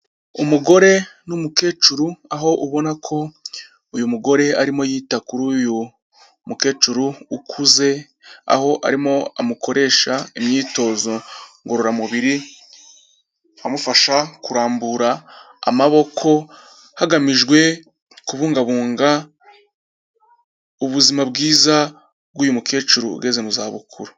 Umugore n'umukecuru aho ubona ko uyu mugore arimo yita kuri uyu mukecuru ukuze, aho arimo amukoresha imyitozo ngororamubiri, amufasha kurambura amaboko, hagamijwe kubungabunga ubuzima bwiza bw'uyu mukecuru ugeze mu zabukuru.